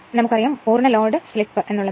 നമുക്ക് അറിയാം മുഴുവൻ ലോഡ് സ്ലിപ് എന്ന് ഉള്ളത് 0